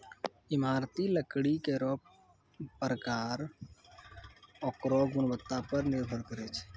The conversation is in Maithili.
इमारती लकड़ी केरो परकार ओकरो गुणवत्ता पर निर्भर करै छै